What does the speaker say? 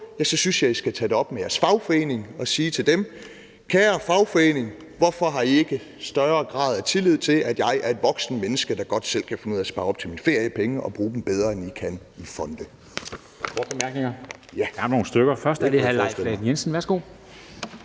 så synes jeg, at I skal tage det op med jeres fagforening og sige til dem: Kære fagforening, hvorfor har I ikke større grad af tillid til, at jeg er et voksent menneske, der godt selv kan finde ud af at spare op til min ferie og bruge feriepengene bedre, end I kan i fonde?